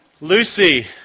Lucy